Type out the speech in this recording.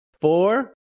four